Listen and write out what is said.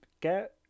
get